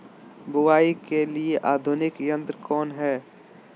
बुवाई के लिए आधुनिक यंत्र कौन हैय?